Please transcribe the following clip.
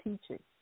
teaching